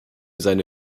seine